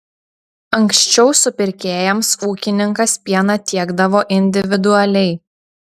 anksčiau supirkėjams ūkininkas pieną tiekdavo individualiai